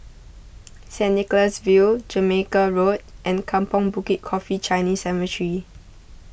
St Nicholas View Jamaica Road and Kampong Bukit Coffee Chinese Cemetery